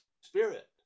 spirit